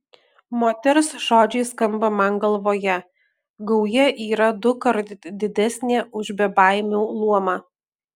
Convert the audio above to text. moters žodžiai skamba man galvoje gauja yra dukart didesnė už bebaimių luomą